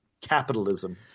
Capitalism